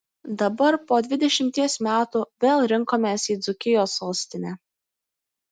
dabar po dvidešimties metų vėl rinkomės į dzūkijos sostinę